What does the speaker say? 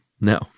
No